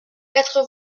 quatre